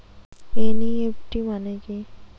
NEFT মনে কি?